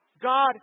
God